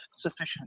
sufficient